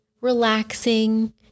relaxing